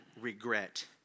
regret